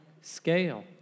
scale